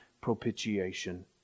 propitiation